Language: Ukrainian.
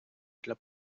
для